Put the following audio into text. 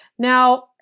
Now